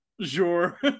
Sure